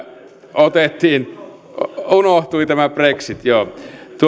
otettiin unohtui tämä brexit joo